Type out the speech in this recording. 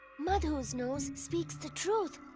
madhu's nose speaks the truth.